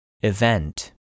Event